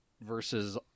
versus